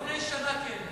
לפני שנה, כן.